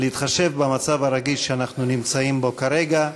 להתחשב במצב הרגיש שאנחנו נמצאים בו כרגע,